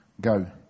go